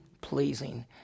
pleasing